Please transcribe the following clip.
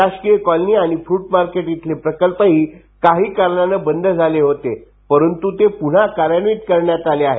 शासकीय कॉलनी आणि fruit market इथले प्रकल्प काही कारणानं बंद झाले होते परंतु ते पुन्हा कार्यान्वित करण्यात आले आहेत